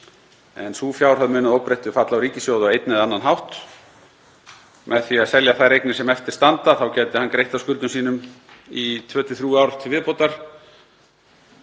en sú fjárhæð mun að óbreyttu falla á ríkissjóð á einn eða annan hátt með því að selja þær eignir sem eftir standa. Þá gæti hann greitt af skuldum sínum í 2–3 ár til viðbótar